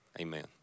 amen